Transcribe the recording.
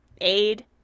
aid